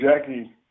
Jackie